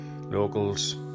locals